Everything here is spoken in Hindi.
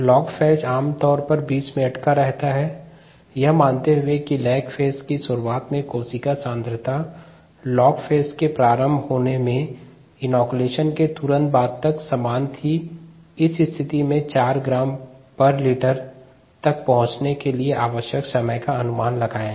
लैग फेज आमतौर पर 20 मिनट रहता है यह मानते हुए कि लैग फेज की शुरुआत में कोशिका सांद्रता लॉग फेज के प्रारंभ में इनॉक्यूलेशन के तुरंत बाद तक सामान थी इस स्थिति में 40 ग्राम पर लीटर तक पहुंचने के लिए आवश्यक समय का अनुमान लगाएं